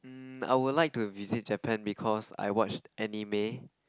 um I will like to visit Japan because I watch anime